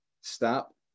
stop